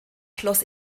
schloss